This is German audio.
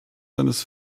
seines